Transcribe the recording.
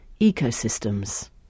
Ecosystems